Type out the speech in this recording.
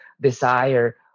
desire